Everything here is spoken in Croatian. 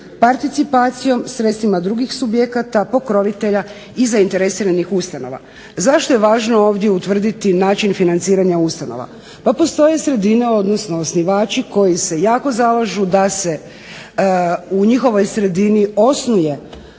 participacijom, sredstvima drugih subjekata, pokrovitelja i zainteresiranih ustanova. Zašto je važno ovdje utvrditi način financiranja ustanova? Pa postoje sredine, odnosno osnivači koji se jako zalažu da se u njihovoj sredini osnuje